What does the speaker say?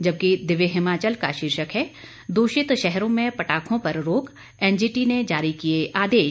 जबकि दिव्य हिमाचल का शीर्षक है दूषित शहरों में पटाखों पर रोक एनजीटी ने जारी किए आदेश